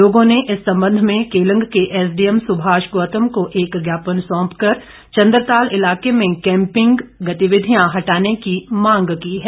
लोगों ने इस संबंध में केलंग के एसडीएम सुभाष गौतम को एक ज्ञापन साँप कर चंद्रताल इलाके में कैम्पिंग गतिविधियां हटाने की मांग की है